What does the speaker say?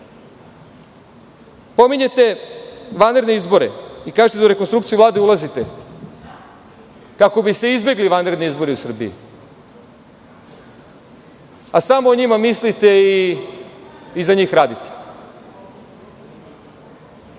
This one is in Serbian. vlasti. Pominjete vanredne izbore i kažete da u rekonstrukciju Vlade ulazite kako bi se izbegli vanredni izbori u Srbiji, a samo o njima mislite i za njih radite.